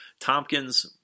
Tompkins